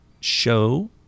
show